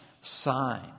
sign